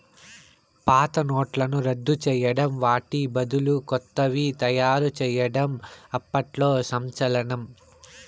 పాత నోట్లను రద్దు చేయడం వాటి బదులు కొత్తవి తయారు చేయడం అప్పట్లో సంచలనం